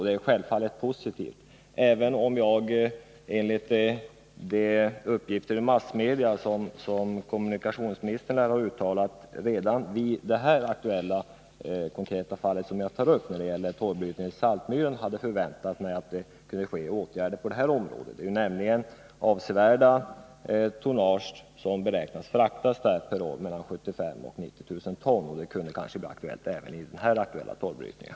Det är självfallet positivt, även om jag med tanke på de uttalanden som kommunikationsministern har gjort, enligt uppgifter i massmedia, hade väntat mig särskilda åtgärder just i det konkreta fall som jag här tagit upp och som ju gäller torvtransporter från Saltmyran. Det är avsevärda kvantiteter, mellan 75 000 och 90 000 ton, som man beräknar kommer att fraktas därifrån.